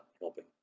helping